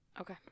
Okay